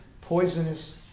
poisonous